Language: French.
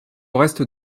reste